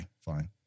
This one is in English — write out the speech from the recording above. fine